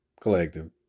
collective